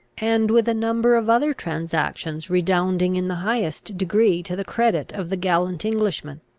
and with a number of other transactions redounding in the highest degree to the credit of the gallant englishman.